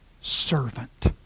servant